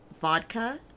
vodka